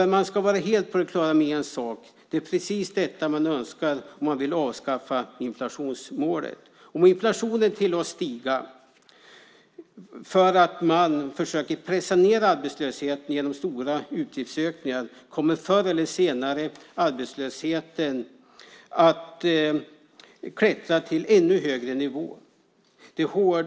Man ska vara helt på det klara med en sak, nämligen att det är precis detta som man önskar om man vill avskaffa inflationsmålet. Om inflationen tillåts stiga för att man försöker pressa ned arbetslösheten genom stora utgiftsökningar kommer arbetslösheten förr eller senare att klättra till en ännu högre nivå.